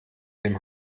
dem